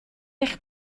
eich